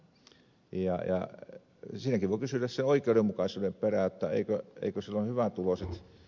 siinäkin voi kysellä sen oikeudenmukaisuuden perään eivätkö silloin hyvätuloiset